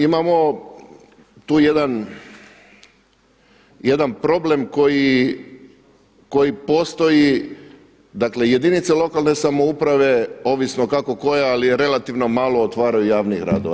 Imamo tu jedan problem koji postoji, dakle jedinice lokalne samouprave ovisno kako koja ali relativno malo otvaraju javnih radova.